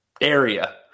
area